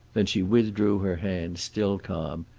then she withdrew her hand, still calm,